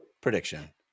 prediction